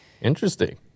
Interesting